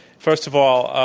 first of all,